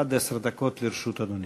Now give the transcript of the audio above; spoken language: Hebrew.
עד עשר דקות לרשות אדוני.